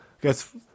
guess